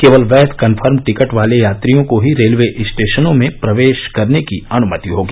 केवल वैच confirm ticket वाले यात्रियों को ही रेलवे स्टेशनों में प्रवेश करने की अनुमति होगी